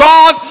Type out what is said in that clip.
God